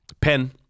pen